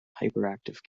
hyperactive